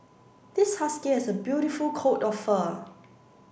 this husky has a beautiful coat of fur